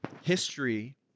History